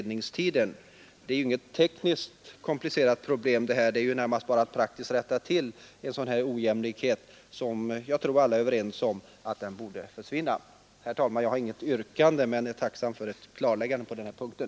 Detta är ju inget tekniskt komplicerat problem, utan det gäller bara att praktiskt rätta till den olikhet i fråga om bidragstilldelning som jag tror alla är överens om borde försvinna. Herr talman! Jag har inget yrkande men är tacksam för ett klarläggande på den punkten.